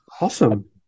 awesome